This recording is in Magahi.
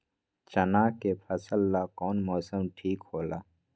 चाना के फसल ला कौन मौसम ठीक होला?